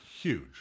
Huge